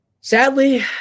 Sadly